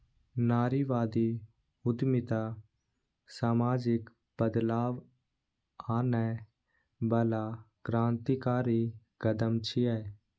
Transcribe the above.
नारीवादी उद्यमिता सामाजिक बदलाव आनै बला क्रांतिकारी कदम छियै